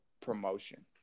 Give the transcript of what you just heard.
promotion